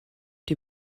die